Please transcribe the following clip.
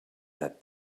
that